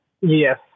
Yes